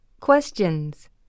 Questions